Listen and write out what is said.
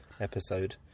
episode